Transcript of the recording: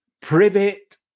privet